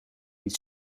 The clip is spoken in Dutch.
niet